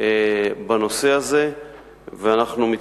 אבל אני רק אומר דבר אחד: יידרש לנו זמן כדי